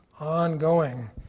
ongoing